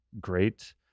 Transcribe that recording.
great